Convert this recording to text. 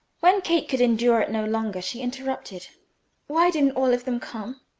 when kate could endure it no longer she interrupted why didn't all of them come?